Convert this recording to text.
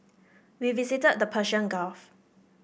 we visited the Persian Gulf